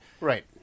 right